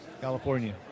California